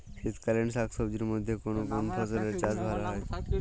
শীতকালীন শাকসবজির মধ্যে কোন কোন ফসলের চাষ ভালো হয়?